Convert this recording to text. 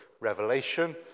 Revelation